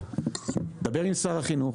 דבר עם שר החינוך,